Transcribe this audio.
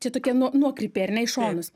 čia tokie nuo nuokrypiai ar ne į šonus